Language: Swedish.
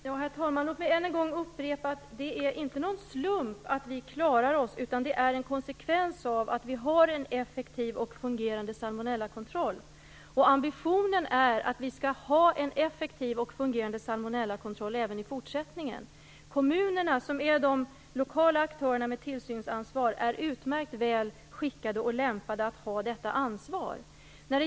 Herr talman! Låt mig än en gång upprepa att det inte är någon slump att vi klarar oss, utan det är en konsekvens av att vi har en fungerande och effektiv salmonellakontroll. Ambitionen är att vi skall ha en fungerande och effektiv salmonellakontroll även i fortsättningen. Kommunerna, som är de lokala aktörerna med tillsynsansvar, är utmärkt väl skickade och lämpade att ha detta ansvar.